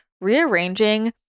rearranging